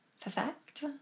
perfect